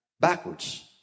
backwards